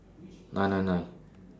nine nine nine